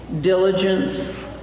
diligence